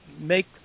make